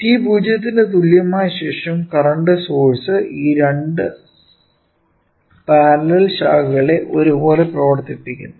t 0 ന് തുല്യമായ ശേഷം കറന്റ് സോഴ്സ് ഈ രണ്ടു പാരലൽ ശാഖകളെ ഒരുപോലെ പ്രവർത്തിപ്പിക്കുന്നു